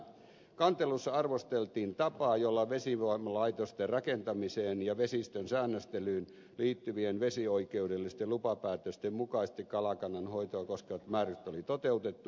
kantelussa arvosteltiin tapaa jolla vesivoimalaitosten rakentamiseen ja vesistön säännöstelyyn liittyvien vesioikeudellisten lupapäätösten mukaiset kalakannan hoitoa koskevat määräykset oli toteutettu oulujoella